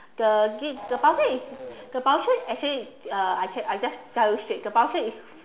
the voucher is the voucher actually uh I I just tell you straight